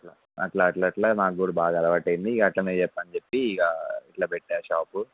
అ అట్లా అట్ల అట్లా నాకూ కూడా బాగా అలవాటైయింది ఇక అలానే చెప్పను చెప్పి ఇంక ఇలా పెట్టాను షాపు